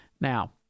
Now